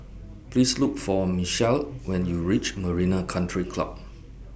Please Look For Michel when YOU REACH Marina Country Club